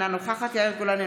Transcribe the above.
אינה נוכחת יאיר גולן,